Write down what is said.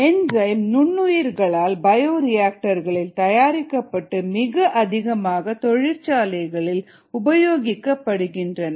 enzyme நுண்ணுயிர்களால் bioreactor களில் தயாரிக்கப்பட்டு மிக அதிகமாக தொழிற்சாலைகளில் உபயோகிக்கப்படுகின்றன